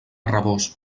rabós